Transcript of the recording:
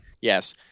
Yes